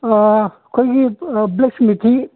ꯑꯩꯈꯣꯏꯒꯤ ꯕ꯭ꯂꯦꯛꯁ꯭ꯃꯤꯠꯀꯤ